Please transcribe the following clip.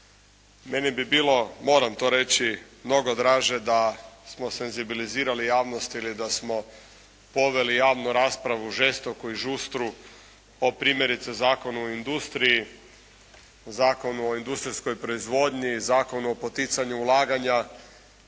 Meni bi bilo, moram to reći, mnogo draže da smo senzibilizirali javnost ili da smo poveli javnu raspravu, žestoku i žustru o primjerice Zakonu o industriji, Zakonu o industrijskoj proizvodnji, Zakonu o poticanju ulaganja